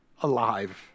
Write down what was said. alive